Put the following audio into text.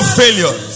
failure